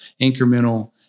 incremental